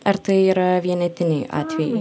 ar tai yra vienetiniai atvejai